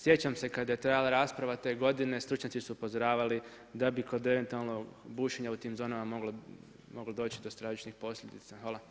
Sjećam se kada je trajala rasprava te godine stručnjaci su upozoravali da bi kod eventualnog bušenja u tim zonama moglo doći do stravičnih posljedica.